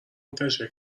منتشر